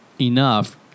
enough